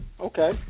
Okay